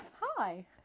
Hi